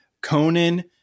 Conan